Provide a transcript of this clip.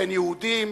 בין יהודים